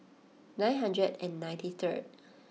nine hundred and ninety third